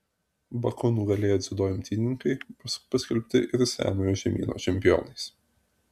baku nugalėję dziudo imtynininkai bus paskelbti ir senojo žemyno čempionais